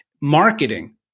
Marketing